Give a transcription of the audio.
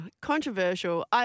Controversial